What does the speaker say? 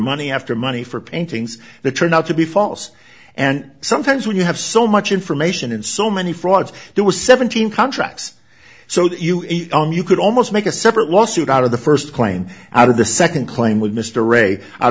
money after money for paintings that turned out to be false and sometimes when you have so much information and so many frauds there was seventeen contracts so that you could almost make a separate lawsuit out of the first claim out of the second claim with mr ray out